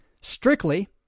strictly